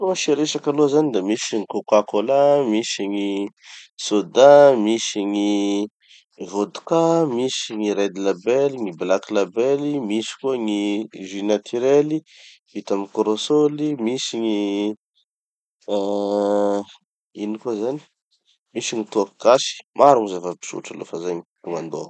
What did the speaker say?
tro gn'asia resaky da: misy gny coca cola, misy gny soda, misy gny vodka, gny red label, gny black label, misy koa gny jus naturel vita may korosoly, misy gny ah ino koa zany, misy gny toaky gasy. Maro gny zava-pisotro aloha fa zay gny tonga andohako.